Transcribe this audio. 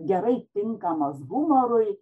gerai tinkamos humorui